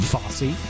Fossey